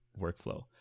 workflow